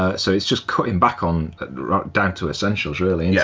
ah so it's just cutting back um down to essentials really. yeah